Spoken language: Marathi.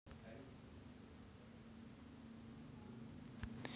रेल्वे रुळ टाकण्यासाठी लाकडाचा वापर केला जातो